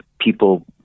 people